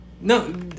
No